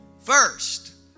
first